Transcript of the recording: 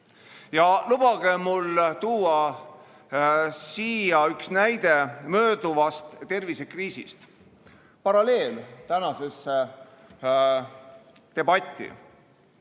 Lubage mul tuua siia üks näide mööduvast tervisekriisist. Paralleel tänase debatiga.